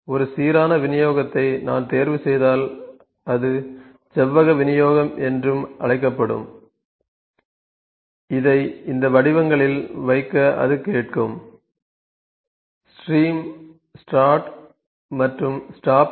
ஒரு சீரான விநியோகத்தை நான் தேர்வுசெய்தால் அது செவ்வக விநியோகம் என்றும் அழைக்கப்படும் இதை இந்த வடிவங்களில் வைக்க அது கேட்கும் ஸ்ட்ரீம் ஸ்டார்ட் மற்றும் ஸ்டாப்